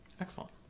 Excellent